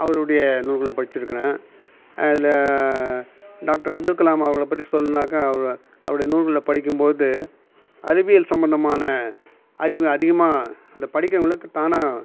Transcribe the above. அவருடைய நூல்களும் படித்திருக்கிறேன் அதில் டாக்டர் அப்துல்கலாம் அவர்களை பற்றி சொல்லணும்னாக்கா அவர் அவருடைய நூல்களை படிக்கும்பொழுது அறிவியல் சம்பந்தமான அறிவு அதிகமாக அதை படிக்கிறவங்களுக்கு தானாக